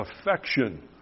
affection